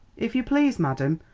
if you please, madam,